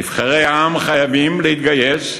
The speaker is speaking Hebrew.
נבחרי העם חייבים להתגייס,